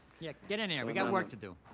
yeah, get it here, we got work to do.